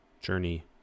journey